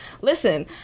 Listen